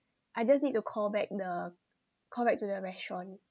I just need to call back the call back to the restaurant